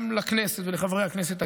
גם לכנסת ולחברי הכנסת,